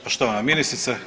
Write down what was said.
Poštovana ministrice.